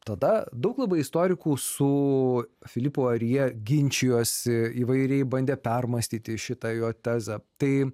tada daug labai istorikų su filipu ar jie ginčijosi įvairiai bandė permąstyti šitą jo tezę tai